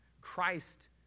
Christ